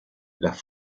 las